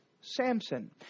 Samson